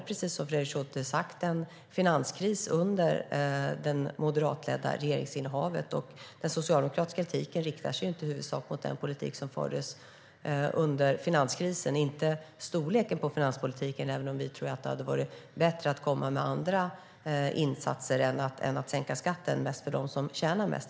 Precis som Fredrik Schulte har sagt var det en finanskris under det moderatledda regeringsinnehavet, och den socialdemokratiska kritiken riktar sig inte i huvudsak mot den politik som fördes under finanskrisen. Det är inte fråga om storleken på finanspolitiken, även om vi tror att det hade varit bättre att i kristider göra andra insatser än att sänka skatten mest för dem som tjänar mest.